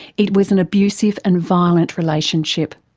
it was an abusive and violent relationship.